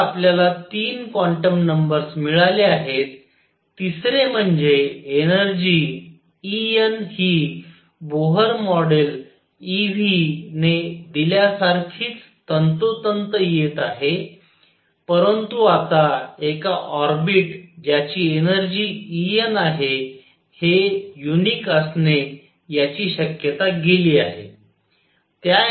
तर आपल्याला 3 quantum numbers मिळाले आहेत तिसरे म्हणजे एनर्जी En ही बोहर मॉडेल e v ने दिल्यासारखीच तंतोतंत येत आहे परंतु आता एका ऑर्बिट ज्याची एनर्जी En आहे हे युनिक असणे याची शक्यता गेली आहे